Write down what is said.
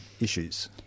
issues